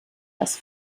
das